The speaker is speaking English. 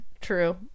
True